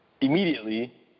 immediately